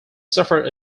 suffered